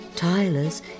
Tyler's